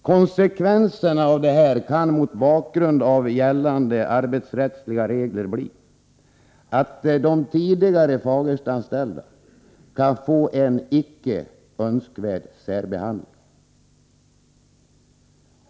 Konsekvenserna av detta kan mot bakgrund av gällande arbetsrättsliga regler bli att de tidigare Fagerstaanställda får en icke önskvärd särbehandling.